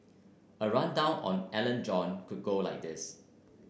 a rundown on Alan John could go like this